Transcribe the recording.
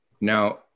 Now